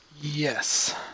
Yes